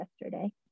yesterday